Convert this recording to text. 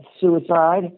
suicide